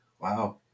Wow